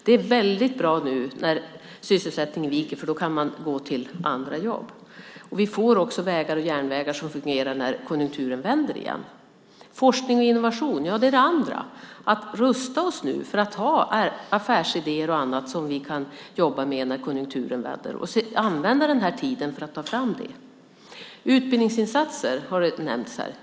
Det är väldigt bra nu när sysselsättningen viker, för då kan man gå till andra jobb. Vi får också vägar och järnvägar som fungerar när konjunkturen vänder igen. Det andra är forskning och innovation. Det handlar om att rusta oss nu för att ha affärsidéer och annat som vi kan jobba med när konjunkturen vänder. Det handlar om att använda den här tiden för att ta fram det. Utbildningsinsatser har nämnts här.